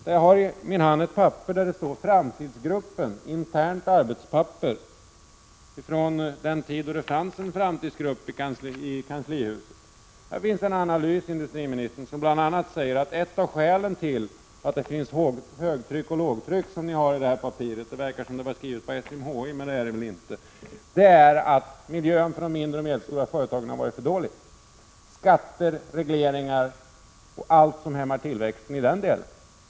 Jag har i min hand ett papper där det står Framtidsgruppen, internt arbetspapper. Det är från den tid då det fanns en framtidsgrupp i kanslihuset. Här finns en analys, industriministern, som bl.a. säger att ett av skälen till att det finns högtryck och lågtryck — papperet verkar vara skrivet på SMHI men det är det väl inte — är att miljön för de mindre och medelstora företagen har varit för dålig: skatter, regleringar och allt som hämmar tillväxten.